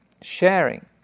sharing